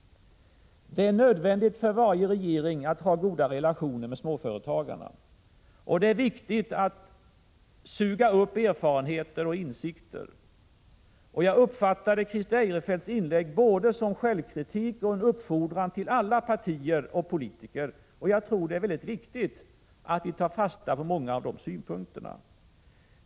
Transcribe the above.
Det är nödvändigt för varje regering att ha goda relationer med småföretagarna. Det är viktigt att suga upp erfarenheter och insikter. Jag uppfattade Christer Eirefelts inlägg både som självkritik och en uppfordran till alla partier och politiker. Det är viktigt att ta fasta på många av hans synpunkter.